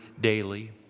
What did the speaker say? daily